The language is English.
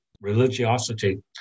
religiosity